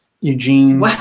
Eugene